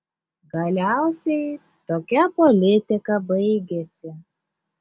galiausiai tokia politika baigėsi